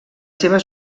seves